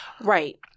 Right